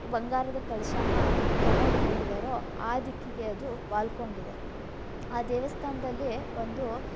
ಬಂಗಾರದ ಕಳಶಾನ ತೊಗೊಂಡು ಹೋಗಿದ್ದಾರೋ ಆ ದಿಕ್ಕಿಗೆ ಅದು ವಾಲಿಕೊಂಡಿದೆ ಆ ದೇವಸ್ಥಾನದಲ್ಲಿ ಒಂದು